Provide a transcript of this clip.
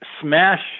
smash